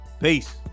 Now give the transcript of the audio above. peace